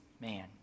man